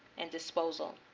and disposal.